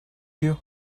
you